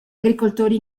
agricoltori